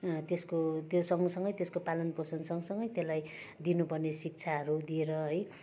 त्यसको त्यो सँगसँगै त्यसको पालनपोषण सँगसँगै त्यसलाई दिनुपर्ने शिक्षाहरू दिएर है